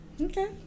Okay